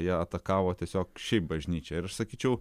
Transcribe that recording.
jie atakavo tiesiog šiaip bažnyčią ir sakyčiau